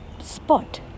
spot